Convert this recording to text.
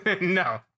no